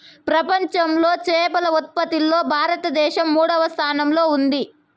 ప్రపంచంలో చేపల ఉత్పత్తిలో భారతదేశం మూడవ స్థానంలో ఉంది